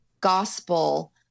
gospel